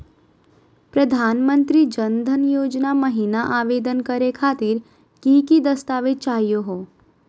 प्रधानमंत्री जन धन योजना महिना आवेदन करे खातीर कि कि दस्तावेज चाहीयो हो?